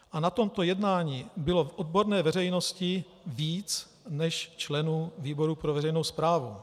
A na tomto jednání bylo odborné veřejnosti více než členů výboru pro veřejnou správu.